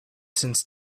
since